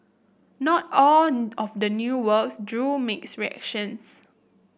not all of the new works drew mixed reactions